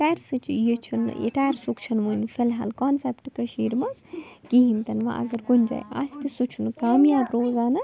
ٹٮ۪رسٕچ یہِ چھُنہٕ یہِ ٹٮ۪رسُک چھِنہٕ وٕنۍ فِلحال کانسٮ۪پٹ کٔشیٖرِ منٛز کِہیٖنۍ تِنہٕ وۄنۍ اگر کُنہِ جایہِ آسہِ تہِ سُہ چھُنہٕ کامیاب روزان حظ